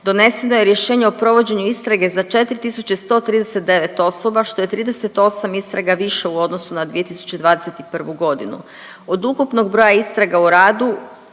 Doneseno je rješenje o provođenju istrage za 4139 osoba što je 38 istraga više u odnosu na 2021. godinu. Od ukupnog broja istraga o radu